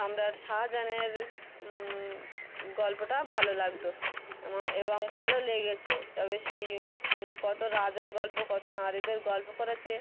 সম্রাট শাহাজানের গল্পটা ভালো লাগতো এবং ভালো লেগেছে তবে সেই কতো রাজার গল্প কতো নারীদের গল্প করেছে